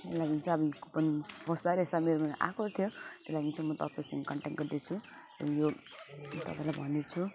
त्यही लागि चाहिँ अब यो कुपन फस्दा रहेछ मेरोमा आएको थियो त्यो लागि चाहिँ म तपाईँसँग कन्ट्याक्ट गर्दैछु अनि यो तपाईँलाई भन्दैछु